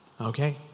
Okay